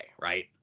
right